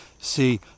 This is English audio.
see